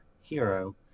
hero